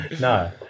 No